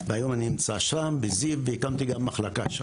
ואני חייב לומר שהפעם אני מרגיש הרבה יותר נוח